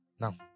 Now